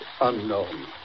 unknown